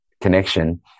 connection